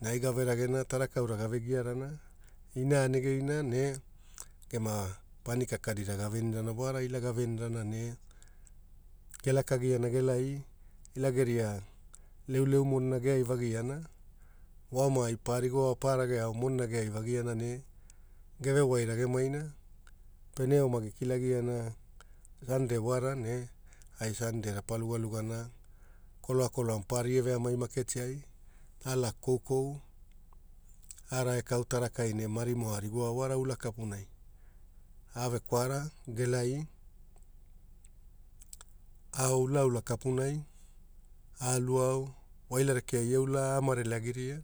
Ne ai gaveragena taraka aura gave irana ina negeiana ne gema paneka kadira gavenirava wara ne ila gavenira ne gelakagiana gelai ila geria leuleu monira geaivagiana waoma parigo au, pa rage au monira geai vagiana ne geve wairagemaia pe eoma gekilagiana sandei wara ne ai sandei rapa lugalugana, koloakoloa maparara iaveamaimaketiai. Alaka koukou aragekau tarakai ne marioarigoao wara ula kapunai, ave kwara gelai, ao ulaula kapuna aluao voira rekea ia ula amareleagiria